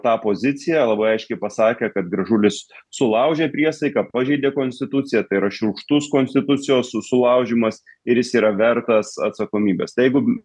tą poziciją labai aiškiai pasakė kad gražulis sulaužė priesaiką pažeidė konstituciją tai yra šiurkštus konstitucijos su sulaužymas ir jis yra vertas atsakomybės tai jeigu